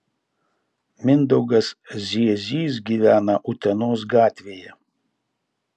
mindaugas ziezys gyvena utenos gatvėje